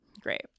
Great